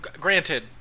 granted